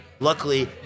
Luckily